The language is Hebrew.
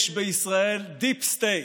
יש בישראל דיפ סטייט.